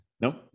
No